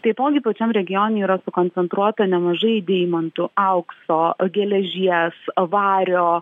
taipogi pačiam regione yra sukoncentruota nemažai deimantų aukso geležies vario